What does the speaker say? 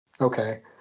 okay